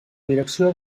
direcció